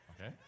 Okay